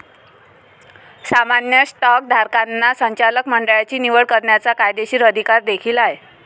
सामान्य स्टॉकधारकांना संचालक मंडळाची निवड करण्याचा कायदेशीर अधिकार देखील आहे